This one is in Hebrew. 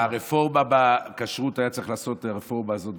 את הרפורמה בכשרות הזו היה צריך לעשות במשטרה